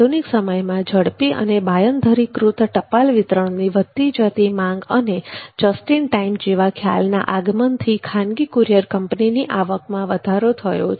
આધુનિક સમયમાં ઝડપી અને બાંયધરી કૃત ટપાલ વિતરણની વધતી જતી માંગ અને જસ્ટ ઈન ટાઈમ જેવા ખ્યાલના આગમનથી ખાનગી કુરિયર કંપનીની આવકમાં વધારો થયો છે